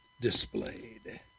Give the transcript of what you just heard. displayed